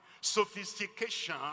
sophistication